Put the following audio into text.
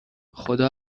خدا